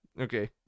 okay